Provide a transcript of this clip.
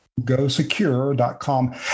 gosecure.com